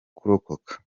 kurokoka